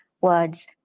words